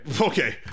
okay